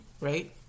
right